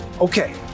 Okay